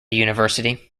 university